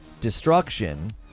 destruction